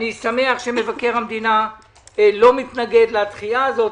אני שמח שמבקר המדינה לא מתנגד לדחייה הזו.